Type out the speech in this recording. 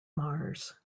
mars